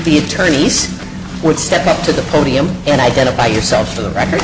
the attorneys would step up to the podium and identify yourself for the record